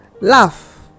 laugh